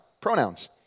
pronouns